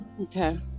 Okay